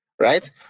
right